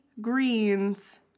greens